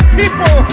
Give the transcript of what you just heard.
people